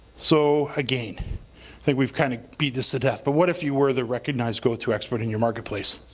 so again think we've kind of beat this to death but what if you were the recognized go to expert in your marketplace?